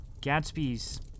Gatsby's